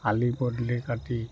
আলি পদূলি কাটি